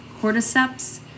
cordyceps